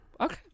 okay